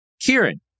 Kieran